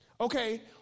Okay